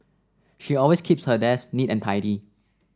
she always keeps her desk neat and tidy